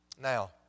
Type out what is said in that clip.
Now